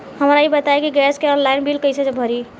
हमका ई बताई कि गैस के ऑनलाइन बिल कइसे भरी?